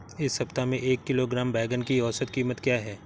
इस सप्ताह में एक किलोग्राम बैंगन की औसत क़ीमत क्या है?